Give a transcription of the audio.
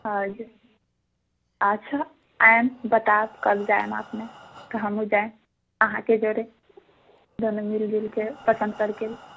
आज अच्छा आइम बताएब कब जाएम अपने त हमहू जायम अहाँके जड़े दुनू मील जुल के पसन्द करके लेब